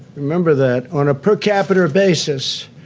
remember that on a per capita basis,